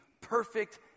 perfect